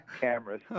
cameras